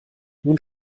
nun